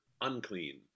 unclean